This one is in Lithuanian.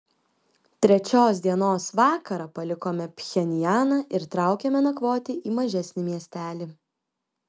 trečios dienos vakarą palikome pchenjaną ir traukėme nakvoti į mažesnį miestelį